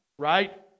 right